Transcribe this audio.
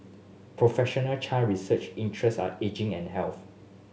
professional Chan research interest are ageing and health